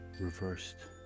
reversed